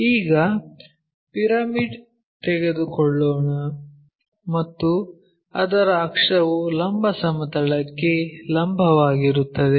ಈಗ ಪಿರಮಿಡ್ ತೆಗೆದುಕೊಳ್ಳೋಣ ಮತ್ತು ಅದರ ಅಕ್ಷವು ಲಂಬ ಸಮತಲಕ್ಕೆ ಲಂಬವಾಗಿರುತ್ತದೆ